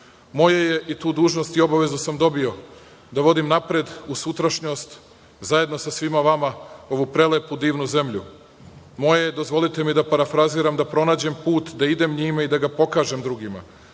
je, i tu dužnost i obavezu sam dobio, da vodim napred u sutrašnjost zajedno sa svima vama ovu prelepu divnu zemlju. Moje je, dozvolite mi da parafraziram, da pronađem put, da idem njime i da ga pokažem drugima.